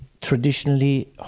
traditionally